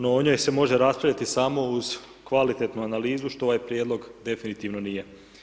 No, o njoj se može raspravljati samo uz kvalitetnu analizu, što ovaj prijedlog definitivno nije.